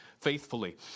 faithfully